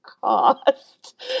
cost